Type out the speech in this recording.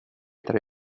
tra